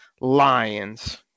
Lions